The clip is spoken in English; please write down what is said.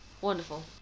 Wonderful